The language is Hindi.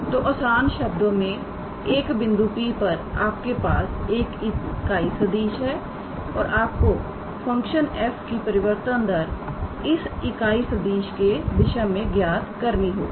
तो आसान शब्दों में एक बिंदु पर आपके पास एक इकाई सदिश है और आपको फंक्शन f की परिवर्तन दर इस इकाई सदिशके साथ ज्ञात करनी होगी